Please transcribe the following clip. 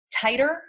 tighter